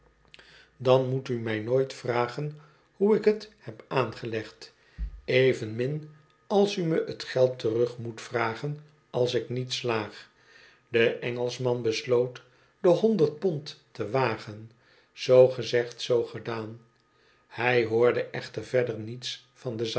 dan moet u mij nooit vragen hoe ik t heb aangelegd evenmin als u me t geld terug moet vragen als ik niet slaag n de engelschman besloot de honderd pond te wagen zoo gezegd zoo gedaan hij hoorde echter verder niets van de